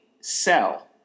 sell